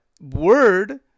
word